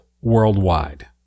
Worldwide